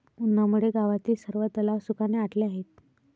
उन्हामुळे गावातील सर्व तलाव सुखाने आटले आहेत